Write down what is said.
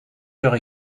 heures